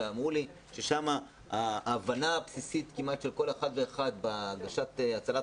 אמרו לי ששם ההבנה הבסיסית כמעט של כל אחד ואחד בהגשת הצלת